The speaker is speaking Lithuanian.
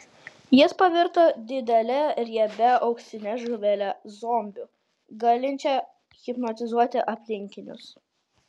jis pavirto didele riebia auksine žuvele zombiu galinčia hipnotizuoti aplinkinius